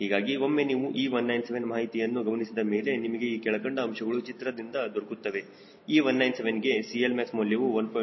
ಹೀಗಾಗಿ ಒಮ್ಮೆ ನೀವು E197 ಮಾಹಿತಿಯನ್ನು ಗಮನಿಸಿದ ಮೇಲೆ ನಿಮಗೆ ಈ ಕೆಳಕಂಡ ಅಂಶಗಳು ಚಿತ್ರದಿಂದ ದೊರಕುತ್ತವೆ E197ಗೆ CLmax ಮೌಲ್ಯವು 1